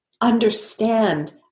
understand